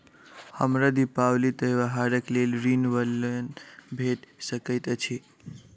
हमरा दिपावली त्योहारक लेल ऋण वा लोन भेट सकैत अछि?